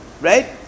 right